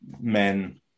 men